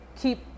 keep